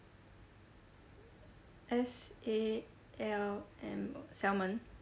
S A L M salmon